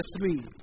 three